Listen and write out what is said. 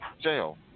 jail